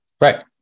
right